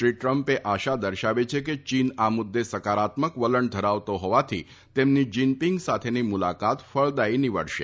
શ્રી ટ્રમ્પે આશા દર્શાવી છે ચીન આ મુદ્દે સકારાત્મક વલણ ધરાવતો હોવાથી તેમની જીનપીંગ સાથેની મુલાકાત ફળદાયી નીવડશે